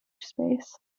space